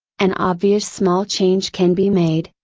an obvious small change can be made,